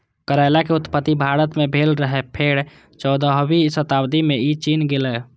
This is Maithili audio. करैला के उत्पत्ति भारत मे भेल रहै, फेर चौदहवीं शताब्दी मे ई चीन गेलै